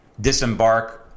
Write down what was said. disembark